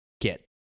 get